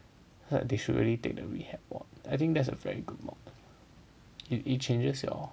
they should really take the rehab mod I think that's a very good mod it it changes your